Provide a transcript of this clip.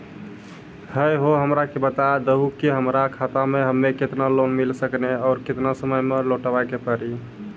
है हो हमरा के बता दहु की हमार खाता हम्मे केतना लोन मिल सकने और केतना समय मैं लौटाए के पड़ी?